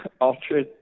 ultra